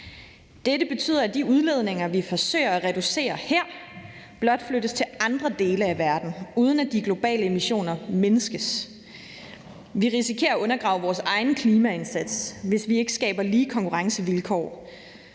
Dette betyder, at de udledninger, vi forsøger at reducere her, blot flyttes til andre dele af verden, uden at de globale emissioner mindskes. Vi risikerer at undergrave vores egen klimaindsats, hvis vi ikke skaber lige konkurrencevilkår,